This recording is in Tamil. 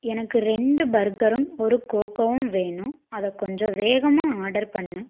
எனக்கு ரெண்டு பர்கரும் ஒரு கோக்கோவும் வேணும் அதை கொஞ்சம் வேகமாக ஆடர் பண்ணு